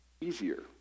easier